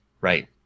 Right